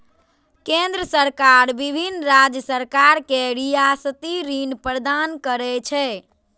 केंद्र सरकार विभिन्न राज्य सरकार कें रियायती ऋण प्रदान करै छै